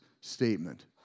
statement